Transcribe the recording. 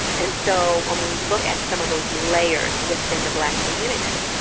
and so when we look at some of those layers within the black community,